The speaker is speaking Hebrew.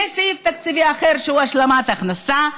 לסעיף תקציבי אחר שהוא השלמת הכנסה,